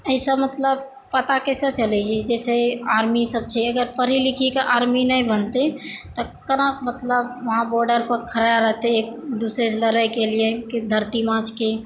अइसँ मतलब पता कैसे चलै जैसे आर्मी सब छै अगर पढ़ी लिखी कऽ आर्मी नहि बनतै तऽ कोना मतलब वहाँ बॉर्डरपर खड़ा रहतै एक दोसरेसँ लड़ैके लिए की धरती माँके